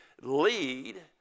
lead